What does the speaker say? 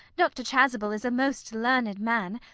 dr. chasuble is a most learned man.